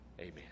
Amen